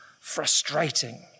frustrating